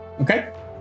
Okay